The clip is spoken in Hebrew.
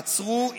עצרו,